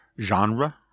genre